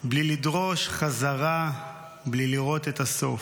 בלי לדרוש חזרה / בלי לראות את הסוף.